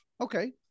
Okay